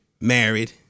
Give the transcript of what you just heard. married